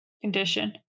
condition